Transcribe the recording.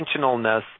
intentionalness